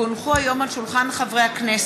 כי הונחו היום על שולחן הכנסת,